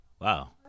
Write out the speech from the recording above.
Wow